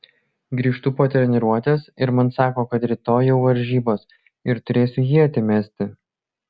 grįžtu po treniruotės ir man sako kad rytoj jau varžybos ir turėsiu ietį mesti